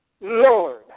Lord